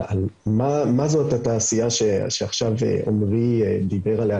מה זאת התעשייה שעכשיו עמרי דיבר עליה,